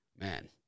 Man